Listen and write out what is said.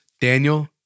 Daniel